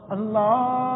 Allah